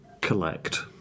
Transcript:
collect